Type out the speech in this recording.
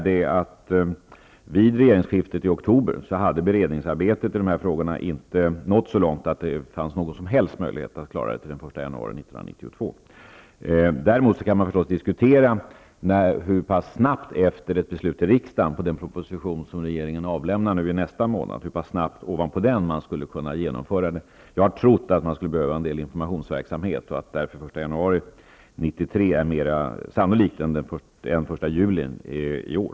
Skälet är att beredningsarbetet i dessa frågor vid regeringsskiftet i oktober inte nått så långt att det fanns någon som helst möjlighet att klara det till den 1 januari 1992. Däremot kan förstås diskuteras hur pass snabbt man, efter ett beslut i riksdagen på den proposition som regeringen avlämnar nästa månad, skulle kunna genomföra det. Jag tror att det skulle behövas en del informationsverksamhet och att därför den 1 januari 1993 är mera sannolikt än den 1 juli i år.